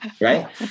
Right